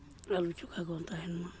ᱟᱹᱞᱩ ᱪᱚᱠᱷᱟ ᱠᱚ ᱛᱟᱦᱮᱱ ᱢᱟ